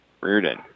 Reardon